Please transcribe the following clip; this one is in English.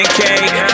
cake